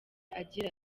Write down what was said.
agira